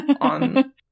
on